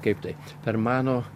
kaip tai per mano